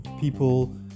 people